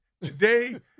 today